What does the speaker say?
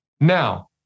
Now